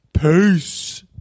peace